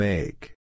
Make